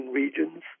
regions